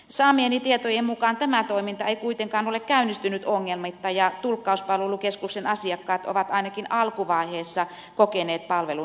saamieni tietojen mukaan tämä toiminta ei kuitenkaan ole käynnistynyt ongelmitta ja tulkkauspalvelukeskuksen asiakkaat ovat ainakin alkuvaiheessa kokeneet palvelun huonontuneen